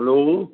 hello